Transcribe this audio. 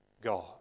God